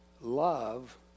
love